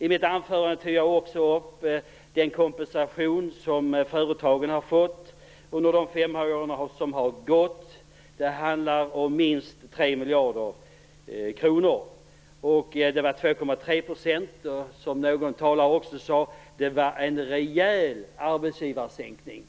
I mitt anförande tog jag också upp den kompensation som företagen har fått under de fem år som har gått. Det handlar om minst 3 miljarder kronor. Det var 2,3 %. Det var, som någon talare också sade, en rejäl arbetsgivaravgiftssänkning.